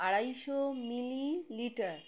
আড়াইশো মিলিলিটার